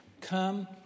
come